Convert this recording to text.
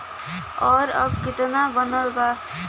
और अब कितना बनल बा?